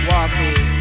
Walking